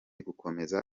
gukomeza